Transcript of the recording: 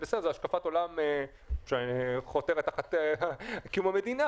זאת השקפת עולם שחותרת תחת קיום המדינה